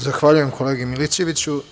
Zahvaljujem kolegi Milićeviću.